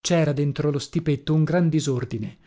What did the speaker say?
cera dentro lo stipetto un gran disordine